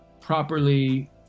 properly